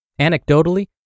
Anecdotally